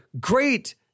great